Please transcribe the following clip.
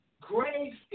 grace